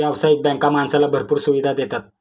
व्यावसायिक बँका माणसाला भरपूर सुविधा देतात